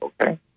okay